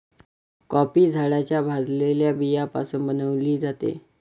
coffee झाडाच्या भाजलेल्या बियाण्यापासून बनविली जाते